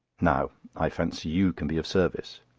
now, i fancy you can be of service.